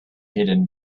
hidden